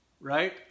right